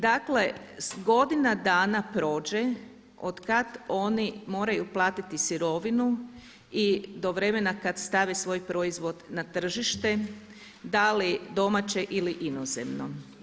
Dakle, godina dana prođe od kada oni moraju platiti sirovinu i do vremena kada stave svoj proizvod na tržite, da li domaće ili inozemno.